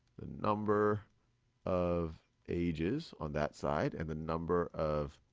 the number of ages on that side and the number of